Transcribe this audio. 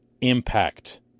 impact